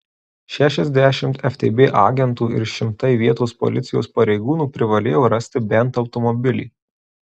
šešiasdešimt ftb agentų ir šimtai vietos policijos pareigūnų privalėjo rasti bent automobilį